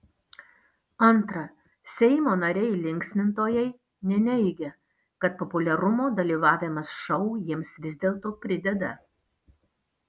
antra seimo nariai linksmintojai neneigia kad populiarumo dalyvavimas šou jiems vis dėlto prideda